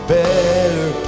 better